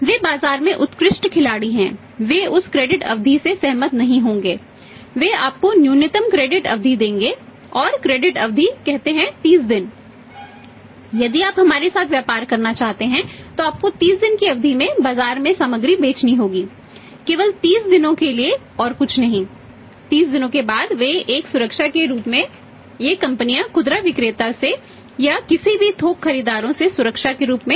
वे बाजार में उत्कृष्ट खिलाड़ी हैं वे उस क्रेडिट अवधि 30 है